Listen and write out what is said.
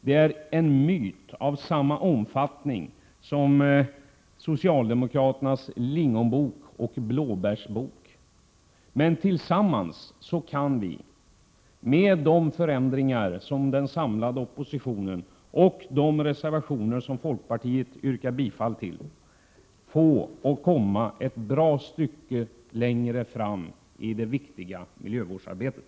Det är en myt av samma omfattning som socialdemokraternas lingonbok och blåbärsbok. Men tillsammans kan vi, med de förändringar som den samlade oppositionen och de reservationer som folkpartiet yrkar bifall till, komma ett bra stycke längre fram i det viktiga miljövårdsarbetet.